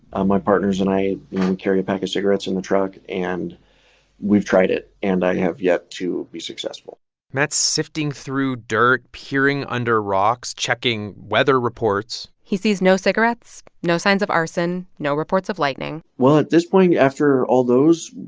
ah my partners and i, you know, we carry a pack of cigarettes in the truck. and we've tried it. and i have yet to be successful matt's sifting through dirt, peering under rocks, checking weather reports he sees no cigarettes, no signs of arson, no reports of lightning well, at this point, after all those,